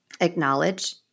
acknowledge